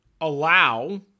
allow